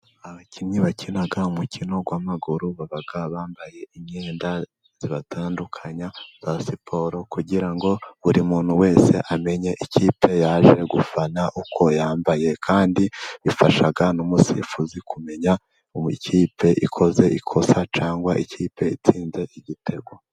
Abakinnyi bakina umukino w'amaguru baba bambaye imyenda ibatandukanya ya siporo, kugira ngo buri muntu wese amenye ikipe yaje gufana uko yambaye, kandi bifasha n'umusifuzi kumenya buri ikipe ikoze ikosa cyangwa ikipe itsinze igitego.